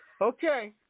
Okay